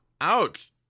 ouch